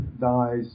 dies